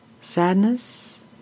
sadness